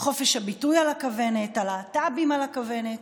חופש הביטוי על הכוונת, הלהט"בים על הכוונת.